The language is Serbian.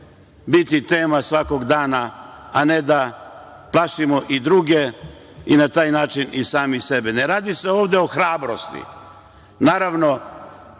biti tema svakog dana, a ne da plašimo i druge i sebe. Ne radi se ovde o hrabrosti. Naravno,